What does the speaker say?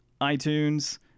iTunes